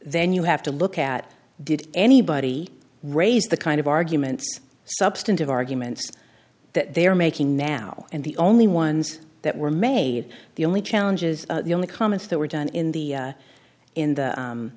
then you have to look at did anybody raise the kind of arguments substantive arguments that they are making now and the only ones that were made the only challenges the only comments that were done in the in the